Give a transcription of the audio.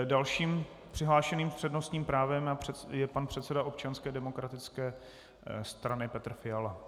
Dalším přihlášeným s přednostním právem je pan předseda Občanské demokratické strany Petr Fiala.